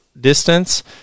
distance